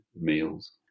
meals